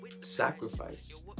sacrifice